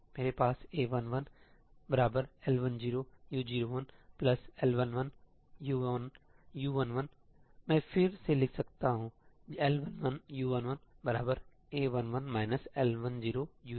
मेरे पास A11 L10 U01L11 U11 मैं फिर से लिख सकता हूं L11 U11 A11 L10 U01